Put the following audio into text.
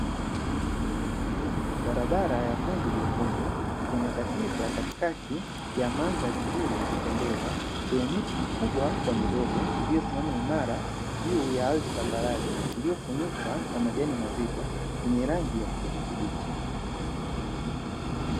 Barabara ya vumbi jekundu imekatiza katikati ya mandhari nzuri ya kupendeza yenye miti mikubwa kwa midogo iliyosimama imara juu ya ardhi tambarale iliyofunikwa na majani mazito yenye rangi ya kijani kibichi.